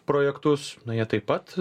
projektus nu jie taip pat